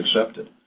accepted